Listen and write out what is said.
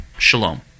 Shalom